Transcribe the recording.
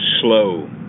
slow